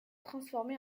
transformé